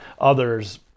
Others